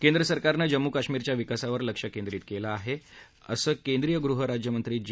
केंद्रसरकारंन जम्मू कश्मीरच्या विकासावर लक्ष केंद्रीत केलं आहे असं केंद्रीय गृहराज्य मंत्री जी